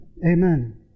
Amen